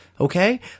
Okay